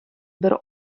бер